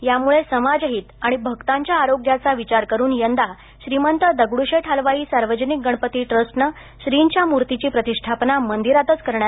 त्यामुळे समाजहित आणि भक्तांच्या आरोग्याचा विचार करून यंदा श्रीमंत दगडूशेठ हलवाई सार्वजनिक गणपती ट्रस्टनं श्रींच्या मूर्तीची प्रतिष्ठापना मंदिरातच करण्याचा निर्णय घेतला आहे